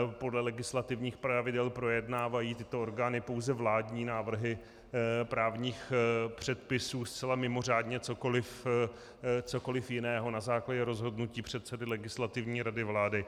Podle legislativních pravidel projednávají tyto orgány pouze vládní návrhy právních předpisů, zcela mimořádně cokoliv jiného na základě rozhodnutí předsedy Legislativní rady vlády.